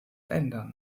ändern